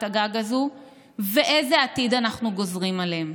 הגג הזאת ואיזה עתיד אנחנו גוזרים עליהם.